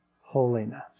holiness